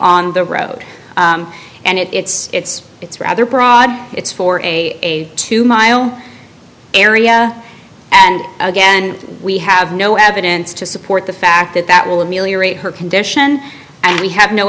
on the road and it's it's it's rather broad it's for a two mile area and again we have no evidence to support the fact that that will merely rate her condition and we have no